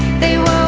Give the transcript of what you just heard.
they will